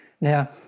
now